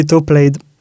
played